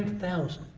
thousand?